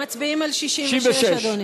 מצביעים על 66, אדוני.